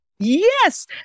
Yes